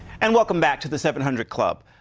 and welcome back to the seven hundred club.